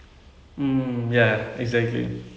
how to say ஒரு நல்லது பண்றதுக்கு ஒரு:oru nallathu pandrathu oru